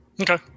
okay